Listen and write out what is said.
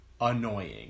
annoying